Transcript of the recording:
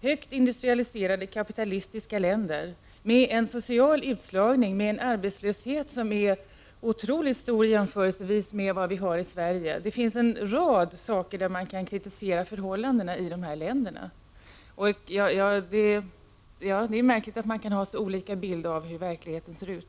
som är högt industrialiserade och kapitalistiska, har en social utslagning och en arbetslöshet som är otroligt stor jämfört med Sverige. Det finns en rad förhållanden som kan kritiseras i dessa länder. Det är märkligt att man kan ha så olika bilder av hur verkligheten ser ut.